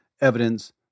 evidence